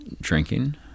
drinking